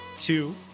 two